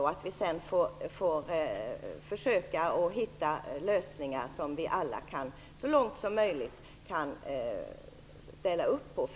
Sedan får vi försöka hitta lösningar som vi alla så långt som möjligt kan ställa oss bakom.